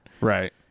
Right